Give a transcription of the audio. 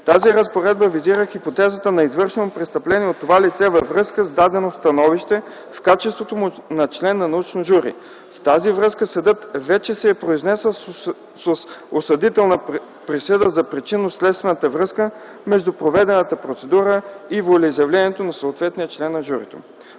Тази разпоредба визира хипотезата на извършено престъпление от това лице във връзка с дадено становище в качеството му на член на научно жури. В тази връзка съдът вече се е произнесъл с осъдителна присъда за причинно-следствена връзка между проведената процедура и волеизявлението на съответния член на журито.